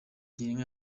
girinka